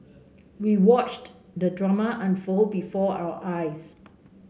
we watched the drama unfold before our eyes